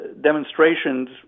demonstrations